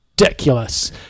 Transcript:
ridiculous